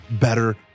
better